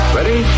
Ready